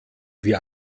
wie